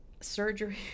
Surgery